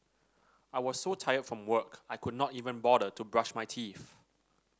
I was so tired from work I could not even bother to brush my teeth